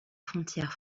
frontière